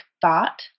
thought